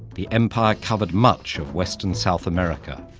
the empire covered much of western south america.